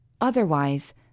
Otherwise